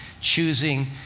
choosing